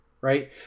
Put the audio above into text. right